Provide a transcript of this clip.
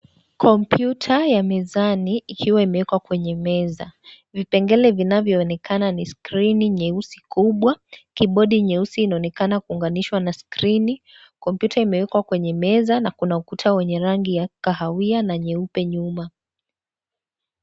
Kompyuta ya mezani ikiwa imewekwa kwenye meza. Vipengele vinavyoonekana ni skrini nyeusi kubwa, kibodi nyeusi inaonekana kuunganisha na skrini. Kompyuta imewekwa kwenye meza. Na kuna ukuta wenye rangi ya kahawia na nyeupe nyuma.